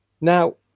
now